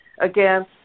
again